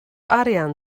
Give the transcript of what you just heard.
arian